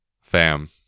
fam